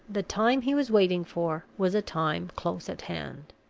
the time he was waiting for was a time close at hand.